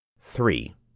Three